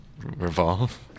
Revolve